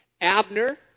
Abner